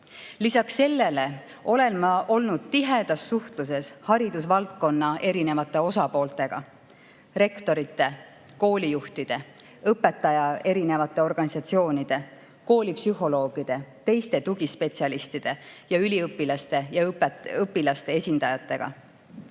Lisaks sellele olen ma olnud tihedas suhtluses haridusvaldkonna erinevate osapooltega: rektorite, koolijuhtide, õpetajate erinevate organisatsioonide, koolipsühholoogide, teiste tugispetsialistide ja üliõpilaste ja õpilaste esindajatega.